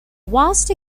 vast